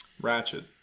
Ratchet